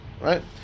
right